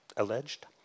alleged